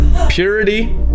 purity